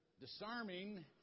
disarming